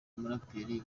umuraperi